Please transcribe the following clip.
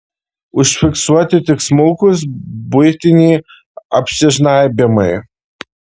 užfiksuoti tik smulkūs buitiniai apsižnaibymai